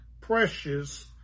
precious